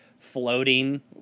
floating